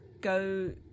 go